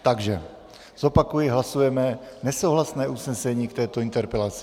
Takže zopakuji, hlasujeme nesouhlasné usnesení k této interpelaci.